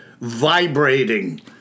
vibrating